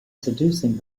seducing